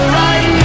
right